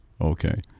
okay